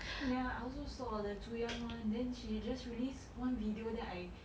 ya I also saw the tzu yang one then she just release one video then I